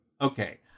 Okay